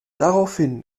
daraufhin